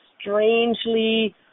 strangely